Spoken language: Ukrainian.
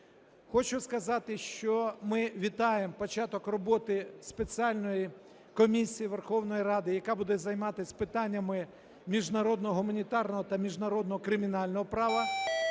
Хочу сказати, що ми вітаємо початок роботи спеціальної комісії Верховної Ради, яка буде займатись питаннями міжнародного гуманітарного та міжнародного кримінального права,